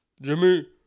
Jimmy